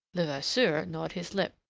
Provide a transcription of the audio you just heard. levasseur gnawed his lip,